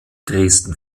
dresden